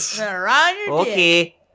Okay